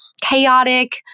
Chaotic